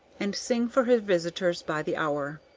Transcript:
and sing for her visitors by the hour.